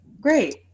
Great